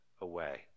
away